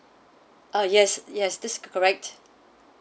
ah yes yes this correct